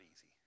easy